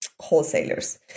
wholesalers